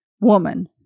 woman